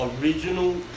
original